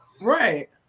Right